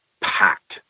packed